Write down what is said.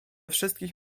wszystkich